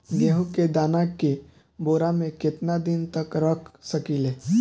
गेहूं के दाना के बोरा में केतना दिन तक रख सकिले?